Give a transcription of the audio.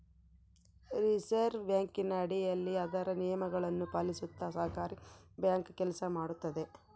reserve ಬ್ಯಾಂಕಿನ ಅಡಿಯಲ್ಲಿ ಅದರ ನಿಯಮಗಳನ್ನು ಪಾಲಿಸುತ್ತ ಸಹಕಾರಿ ಬ್ಯಾಂಕ್ ಕೆಲಸ ಮಾಡುತ್ತದೆ